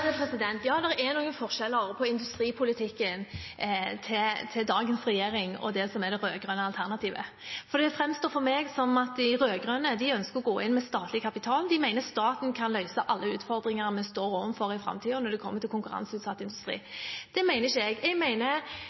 Ja, det er noen forskjeller på industripolitikken til dagens regjering og det rød-grønne alternativet. Det framstår for meg som at de rød-grønne ønsker å gå inn med statlig kapital. De mener staten kan løse alle utfordringer vi står overfor i framtiden når det kommer til konkurranseutsatt industri. Det mener ikke jeg. Jeg mener